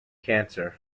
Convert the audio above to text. cancer